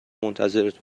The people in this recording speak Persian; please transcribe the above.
منتظرت